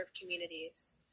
communities